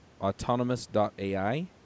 Autonomous.ai